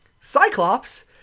Cyclops